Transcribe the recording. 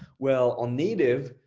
well, on native,